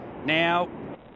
Now